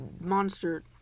monster